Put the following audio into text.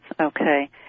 okay